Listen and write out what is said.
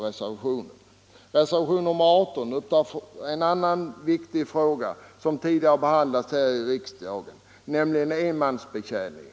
Reservationen 18 berör en annan viktig fråga som tidigare behandlats här i riksdagen, nämligen enmansbetjäning.